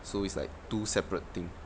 so it's like two separate thing